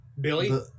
Billy